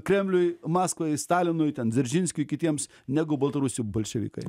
kremliui maskvai stalinui ten dzeržinskiui kitiems negu baltarusių bolševikai